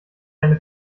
eine